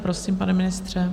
Prosím, pane ministře.